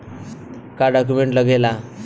का डॉक्यूमेंट लागेला?